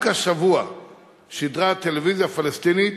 רק השבוע שידרה הטלוויזיה הפלסטינית